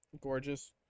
Gorgeous